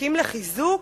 שזקוקים לחיזוק?